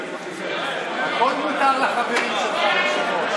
הכול מותר לחברים שלך, היושב-ראש.